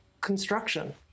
construction